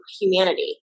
humanity